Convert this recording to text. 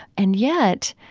and yet,